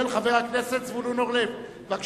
התשס"ט 2009, התקבלה בקריאה טרומית ותועבר לוועדת